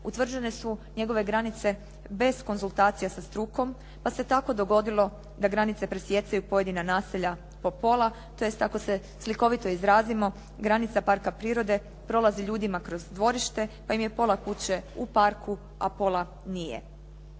utvrđene su njegove granice bez konzultacija sa strukom, pa se tako dogodilo da granice presjecaju pojedina naselja po pola tj. ako se slikovito izrazimo, granica parka prirode prolazi ljudima kroz dvorište pa im je pola kuće u parku, a pola nije.